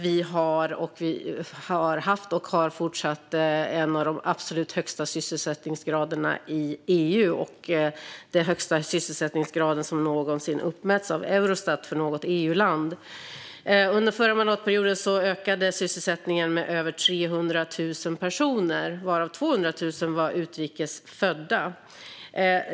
Vi har haft och har fortfarande en av de absolut högsta sysselsättningsgraderna i EU och den högsta sysselsättningsgrad som någonsin uppmätts av Eurostat för något EU-land. Under förra mandatperioden ökade sysselsättningen med över 300 000 personer, varav 200 000 var utrikes födda.